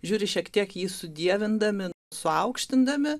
žiūri šiek tiek jį sudievindami suaukštindami